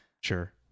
sure